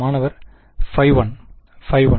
மாணவர் ஃபை 1 பை 1